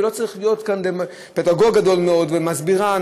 ולא צריך להיות פדגוג גדול מאוד או מסבירן.